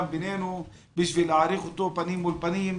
בינינו בשביל להעריך אותו פנים מול פנים,